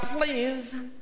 please